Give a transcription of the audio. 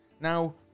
Now